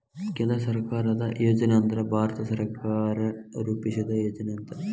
ಕೇಂದ್ರ ಸರ್ಕಾರದ್ ಯೋಜನೆ ಅಂದ್ರ ಭಾರತ ಸರ್ಕಾರ ರೂಪಿಸಿದ್ ಯೋಜನೆ ಅಂತ